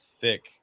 thick